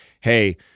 hey